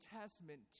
Testament